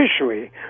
fishery